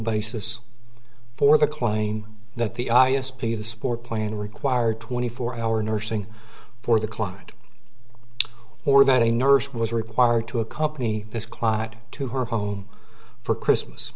basis for the claim that the i s p the sport plane required twenty four hour nursing for the cloud or that a nurse was required to accompany this clot to her home for christmas